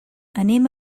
anem